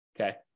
okay